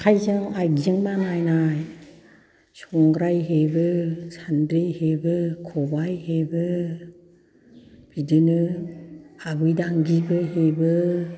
आखाइजों आइजें बानायनाय संग्राय हेबो सान्द्रि हेबो खबाय हेबो बिदिनो आबै दांगिबो हेबो